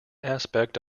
aspect